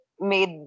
made